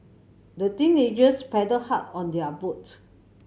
the teenagers paddled hard on their boat